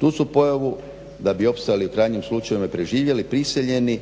Tu su pojavu da bi opstali u krajnjem slučaju preživjeli prisiljeni